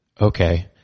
Okay